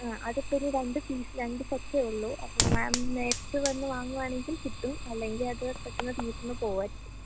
ആ അതിപ്പോള് ഇനി രണ്ട് പീസ് രണ്ട് സെറ്റേയുള്ളൂ അപ്പം മാം നേരിട്ട് വന്ന് വാങ്ങുകയാണെങ്കിൽ കിട്ടും അല്ലെങ്കില് അത് പെട്ടെന്ന് തീർന്നുപോകുമായിരിക്കും